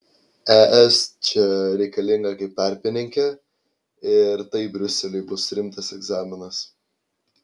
es čia reikalinga kaip tarpininkė ir tai briuseliui bus rimtas egzaminas